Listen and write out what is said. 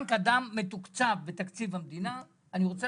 בנק הדם מתוקצב בתקציב המדינה; אני רוצה